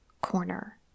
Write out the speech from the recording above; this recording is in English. corner